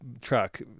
truck